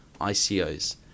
ICOs